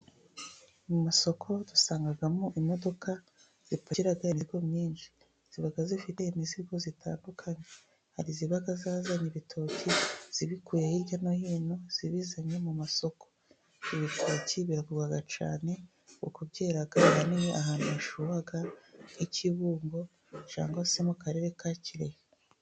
Mu masoko dusangamo imodoka zipakira imizigo myinshi. Ziba zifite imizigo itandukanye, hari iziba zazanye ibitoki zibikuye hirya no hino zibizanye mu masoko. Ibitoki biragurwa cyane kuko byera ahanini ahantu hashyuha, nk'i Kibungo cyangwa se mu Karere ka Kirehe.